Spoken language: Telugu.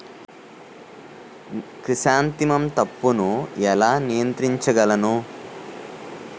క్రిసాన్తిమం తప్పును ఎలా నియంత్రించగలను?